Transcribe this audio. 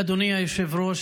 אדוני היושב-ראש,